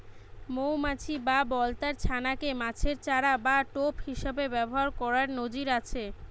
মউমাছি বা বলতার ছানা কে মাছের চারা বা টোপ হিসাবে ব্যাভার কোরার নজির আছে